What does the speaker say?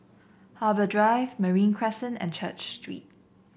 Harbour Drive Marine Crescent and Church Street